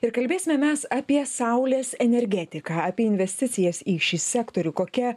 ir kalbėsime mes apie saulės energetiką apie investicijas į šį sektorių kokia